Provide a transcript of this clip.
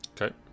Okay